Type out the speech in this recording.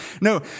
No